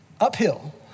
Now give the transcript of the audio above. uphill